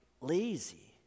lazy